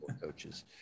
coaches